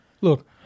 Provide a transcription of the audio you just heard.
Look